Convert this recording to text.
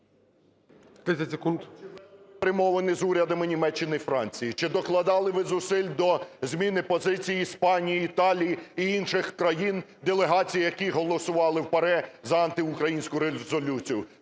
перемовини з урядами Німеччини і Франції, чи докладали ви зусиль до зміни позиції Іспанії, Італії і інших країн, делегації яких голосували в ПАРЄ за антиукраїнську резолюцію.